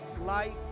life